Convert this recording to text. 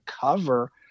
cover